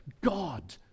God